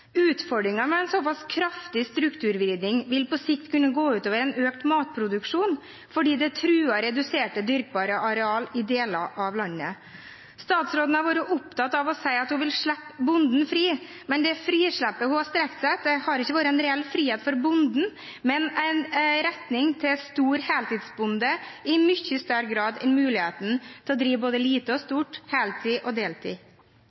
Utfordringen med en såpass kraftig strukturvridning er at det på sikt vil kunne gå ut over en økt matproduksjon, fordi det truer dyrkbare arealer i deler av landet. Statsråden har vært opptatt av å si at hun vil slippe bonden fri, men det frislippet hun har strekt seg etter, har ikke vært en reell frihet for bonden, men en retning til stor heltidsbonde i mye større grad enn til muligheten til å drive både lite og stort, heltid og deltid.